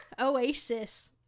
Oasis